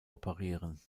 operieren